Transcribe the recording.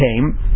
came